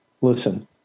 listen